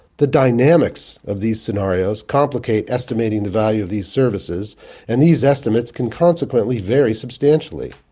the dynamics of these scenarios complicate estimating the value of these services and these estimates can consequently vary substantially.